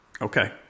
Okay